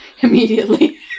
immediately